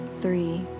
three